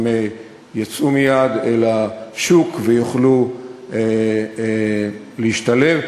הם יצאו מייד לשוק ויוכלו להשתלב.